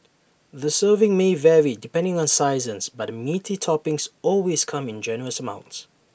the serving may vary depending on sizes but the meaty toppings always come in generous amounts